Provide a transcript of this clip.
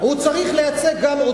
אני רוצה להזכיר שגם,